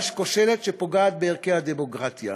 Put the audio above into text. גברתי,